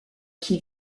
qui